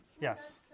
Yes